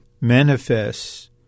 manifests